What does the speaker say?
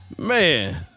Man